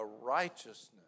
righteousness